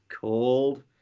called